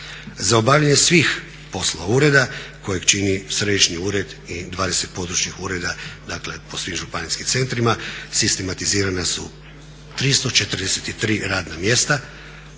Za obavljanje svih poslova ureda kojeg čini središnji ured i 20 područnih ureda, dakle po svim županijskim centrima, sistematizirana su 343 radna mjesta,